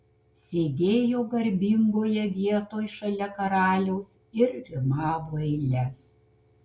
sėdėjo garbingoje vietoj šalia karaliaus ir rimavo eiles